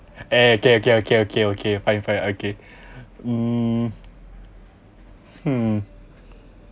okay okay okay okay okay fine fine okay hmm hmm